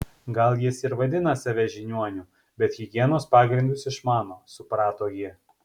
gal jis ir vadina save žiniuoniu bet higienos pagrindus išmano suprato ji